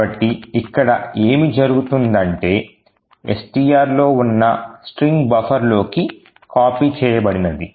కాబట్టి ఇక్కడ ఏమి జరుగుతుందంటే STRలో ఉన్న string బఫర్ లోకి కాఫీ చేయబడినది